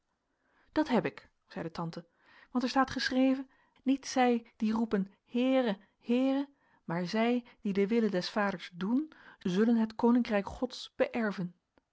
dat heb ik zeide tante want er staat geschreven niet zij die roepen heere heere maar zij die den wille des vaders doen zullen het koninkrijk gods beerven